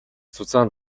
зузаан